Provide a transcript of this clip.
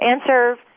answer